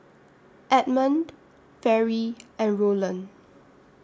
Edmund Fairy and Roland